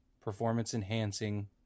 performance-enhancing